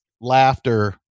laughter